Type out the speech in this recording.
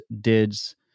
dids